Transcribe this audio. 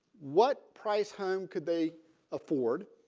what price home could they afford.